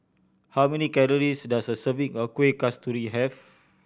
how many calories does a serving of Kueh Kasturi have